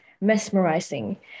mesmerizing